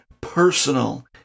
personal